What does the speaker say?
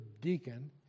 deacon